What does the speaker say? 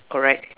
correct